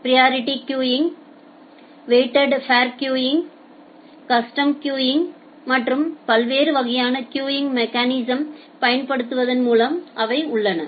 priority queuing weighted fair queuing custom queuing மற்றும் பல வெவ்வேறு வகையான கியூவிங் மெக்கானிசம்ஸ்களைப் பயன்படுத்துவதன் மூலம் அவை உள்ளன